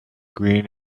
green